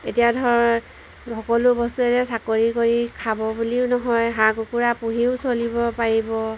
এতিয়া ধৰ সকলো বস্তু এতিয়া চাকৰি কৰি খাব বুলিও নহয় হাঁহ কুকুৰা পুহিও চলিব পাৰিব